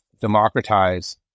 democratize